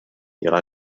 ihrer